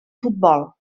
futbol